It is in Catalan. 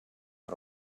els